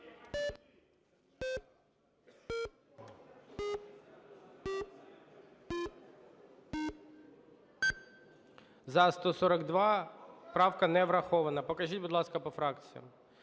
За-142 Правка не врахована. Покажіть, будь ласка, по фракціях.